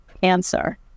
cancer